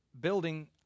building